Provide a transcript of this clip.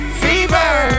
fever